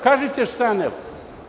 Kažite šta ne valja.